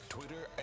Twitter